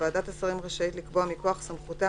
" ועדת השרים רשאית לקבוע מכוח סמכותה...